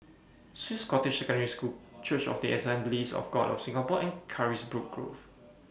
Swiss Cottage Secondary School Church of The Assemblies of God of Singapore and Carisbrooke Grove